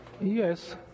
Yes